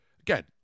Again